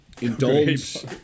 Indulge